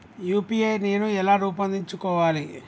UPI నేను ఎలా రూపొందించుకోవాలి?